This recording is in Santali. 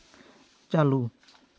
ᱪᱟᱹᱞᱩ